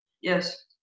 Yes